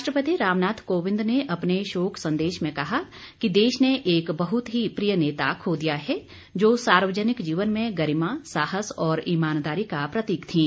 राष्ट्रपति रामनाथ कोविंद ने अपने शोक संदेश में कहा कि देश ने एक बहुत ही प्रिय नेता खो दिया है जो सार्वजनिक जीवन में गरिमा साहस और ईमानदारी का प्रतीक थीं